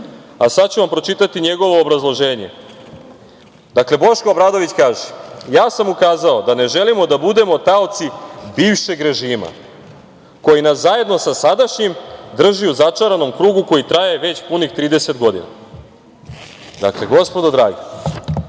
a sad ću vam pročitati njegovo obrazloženje. Dakle, Boško Obradović kaže: „Ja sam mu kazao da ne želimo da budemo taoci bivšeg režima koji nas zajedno sa sadašnjim drži u začaranom krugu koji traje već punih 30 godina.“ Dakle, gospodo draga,